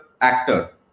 actor